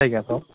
जायगाफ्राव